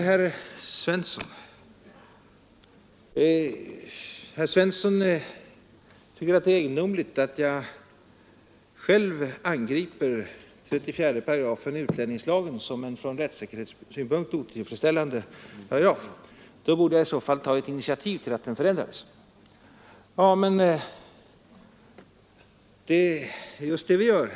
Herr Svensson i Malmö tycker att det är egendomligt att jag själv angriper 34 § utlänningslagen såsom en från rättssäkerhetssynpunkt otillfredsställande paragraf. I så fall borde jag ha tagit initiativ till att den förändras. Det är just det vi gör.